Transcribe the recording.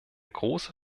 große